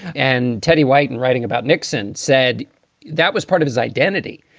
and teddy white and writing about nixon said that was part of his identity.